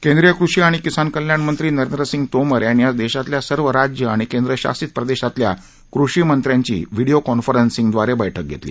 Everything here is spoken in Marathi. केंद्रीय कृषी आणि किसान कल्याणमंत्री नरेंद्र सिंग तोमर यांनी आज देशातल्या सर्व राज्य आणि केंद्रशासित प्रदेशातल्या कृषी मंत्र्यांची व्हिडियो कॉन्फरन्सिंद्वारे बैठक घेतली